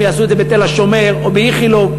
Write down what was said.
הם יעשו את זה בתל-השומר או באיכילוב.